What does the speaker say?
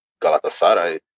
Galatasaray